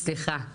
אישום?